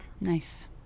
Nice